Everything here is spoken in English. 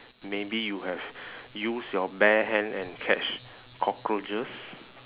maybe you have use your bare hand and catch cockroaches